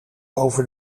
over